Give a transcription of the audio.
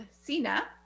Sina